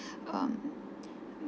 um